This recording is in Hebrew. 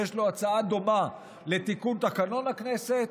שיש לו הצעה דומה לתיקון תקנון הכנסת.